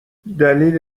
دلیلی